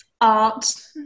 art